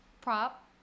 prop